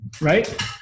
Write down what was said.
right